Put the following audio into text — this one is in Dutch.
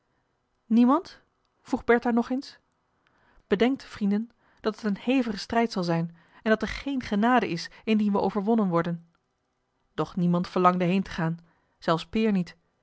niemand vroeg bertha nog eens bedenkt vrienden dat het een hevige strijd zal zijn en dat er geen genade is indien we overwonnen worden doch niemand verlangde heen te gaan zelfs peer niet